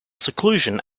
seclusion